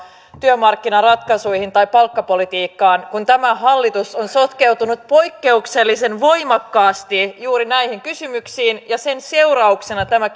työmarkkinaratkaisuihin tai palkkapolitiikkaan kun tämä hallitus on sotkeutunut poikkeuksellisen voimakkaasti juuri näihin kysymyksiin ja sen seurauksena tämä